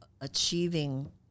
achieving